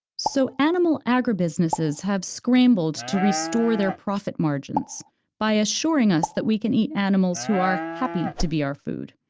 so animal agribusinesses have scrambled to restore their profit margins by assuring us that we can eat animals who are happy to be our food,